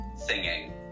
Singing